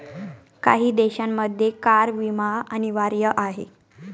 काही देशांमध्ये कार विमा अनिवार्य आहे